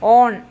on